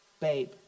Babe